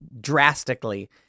drastically